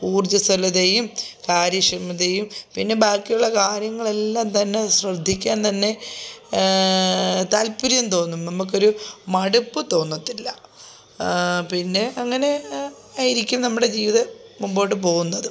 ഊർജസ്വലതയും കാര്യക്ഷമതയും പിന്നെ ബാക്കിയുള്ള കാര്യങ്ങളെല്ലാം തന്നെ ശ്രദ്ധിക്കാൻ തന്നെ താല്പര്യം തോന്നും നമുക്ക് ഒരു മടുപ്പ് തോന്നത്തില്ല പിന്നെ അങ്ങനെ ആയിരിക്കും നമ്മുടെ ജീവിതം മുമ്പോട്ട് പോവുന്നത്